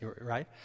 right